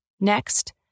Next